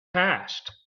passed